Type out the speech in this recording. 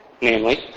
Namely